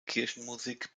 kirchenmusik